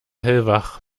hellwach